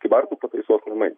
kybartų pataisos namai